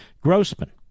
Grossman